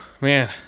man